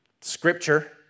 scripture